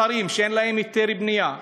אתרים שאין להם היתר בנייה,